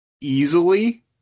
easily